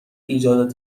ایجاد